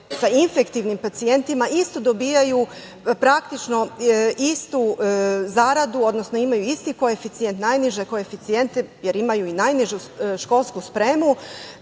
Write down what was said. sa infektivnim pacijentima isto dobijaju praktično istu zaradu, odnosno imaju isti koeficijent, najniže koeficijente, jer imaju i najnižu školsku spremu